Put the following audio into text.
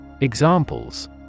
Examples